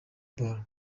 ball